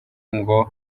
ngo